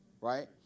Right